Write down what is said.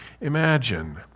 imagine